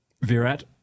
Virat